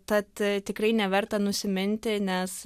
tad tikrai neverta nusiminti nes